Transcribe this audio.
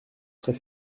très